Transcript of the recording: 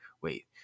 Wait